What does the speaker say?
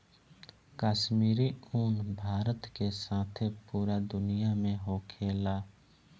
काश्मीरी उन भारत के साथे पूरा दुनिया में होखेला